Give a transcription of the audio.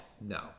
No